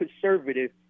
conservative